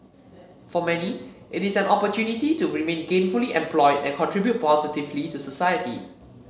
for many it is an opportunity to remain gainfully employed and contribute positively to society